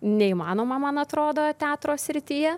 neįmanoma man atrodo teatro srityje